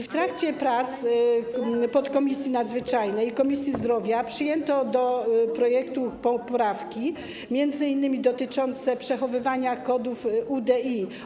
W trakcie prac podkomisji nadzwyczajnej Komisji Zdrowia przyjęto do projektu poprawki, m.in. dotyczące przechowywania kodów UDI.